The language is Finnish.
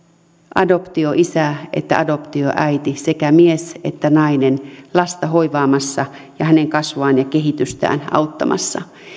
adoptioisä että adoptioäiti sekä mies että nainen lasta hoivaamassa ja hänen kasvuaan ja kehitystään auttamassa